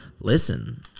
listen